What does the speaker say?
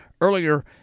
earlier